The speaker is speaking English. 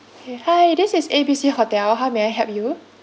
okay hi this is A B C hotel how may I help you